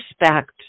respect